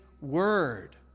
word